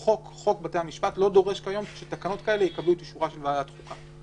כיום חוק בתי המשפט לא דורש שתקנות כאלה יקבלו את אישורה של ועדת החוקה.